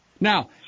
Now